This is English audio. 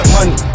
Money